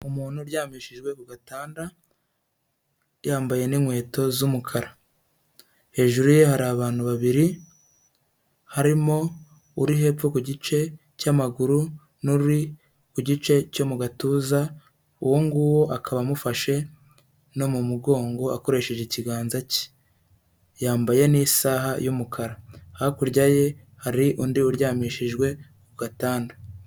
Umuntu uryamishijwe ku gatanda, yambaye n'inkweto z'umukara. Hejuru ye hari abantu babiri harimo uri hepfo ku gice cy'amaguru n'uri ku igice cyo mu gatuza uwo nguwo akaba amufashe no mu mugongo akoresheje ikiganza cye. Yambaye n'isaha y'umukara. Hakurya ye hari undi uryamishijwe ku gatanda.